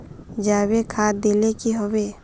जाबे खाद दिले की होबे?